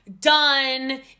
done